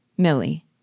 Millie